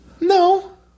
No